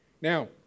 Now